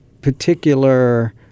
particular